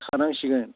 थानांसिगोन